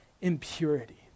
impurity